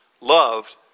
loved